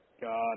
God